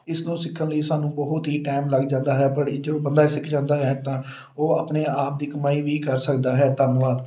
ਇਸ ਤੋਂ ਸਿੱਖਣ ਲਈ ਸਾਨੂੰ ਬਹੁਤ ਹੀ ਟਾਈਮ ਲੱਗ ਜਾਂਦਾ ਹੈ ਪਰ ਇਹ ਚ ਬੰਦਾ ਸਿੱਖ ਜਾਂਦਾ ਹੈ ਤਾਂ ਉਹ ਆਪਣੇ ਆਪ ਦੀ ਕਮਾਈ ਵੀ ਕਰ ਸਕਦਾ ਹੈ ਧੰਨਵਾਦ